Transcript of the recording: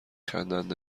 خندند